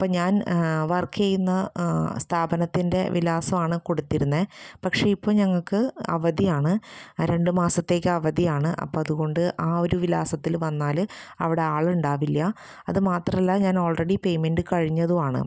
അപ്പം ഞാൻ വർക്ക് ചെയ്യുന്ന സ്ഥാപനത്തിൻ്റെ വിലാസമാണ് കൊടുത്തിരുന്നത് പക്ഷെ ഇപ്പം ഞങ്ങൾക്ക് അവധിയാണ് രണ്ട് മാസത്തേക്കവധിയാണ് അപ്പം അതുകൊണ്ട് ആ ഒര് വിലാസത്തില് വന്നാല് അവിടെ ആളുണ്ടാവില്ല അത് മാത്രല്ല ഞാൻ ആൾറെഡി പേയ്മെന്റ് കഴിഞ്ഞതാണ്